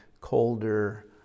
colder